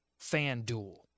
FanDuel